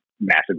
massive